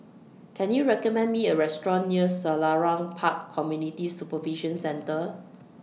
Can YOU recommend Me A Restaurant near Selarang Park Community Supervision Centre